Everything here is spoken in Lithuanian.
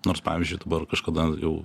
nors pavyzdžiui dabar kažkada jau